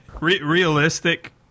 Realistic